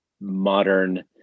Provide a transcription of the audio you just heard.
modern